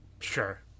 sure